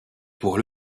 pour